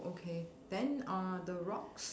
okay then uh the rocks